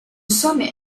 sommet